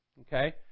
okay